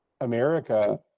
America